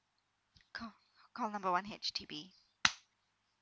call call number one H_D_B